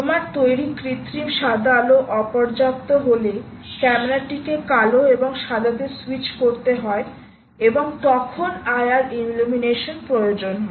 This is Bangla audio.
তোমার তৈরি কৃত্রিম সাদা আলো অপর্যাপ্ত হলে ক্যামেরাটিকে কালো এবং সাদাতে স্যুইচ করতে হয় এবং তখন IR ইলুমিনেশন প্রয়োজন হয়